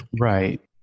Right